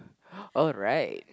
oh right